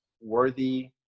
worthy